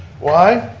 why?